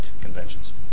conventions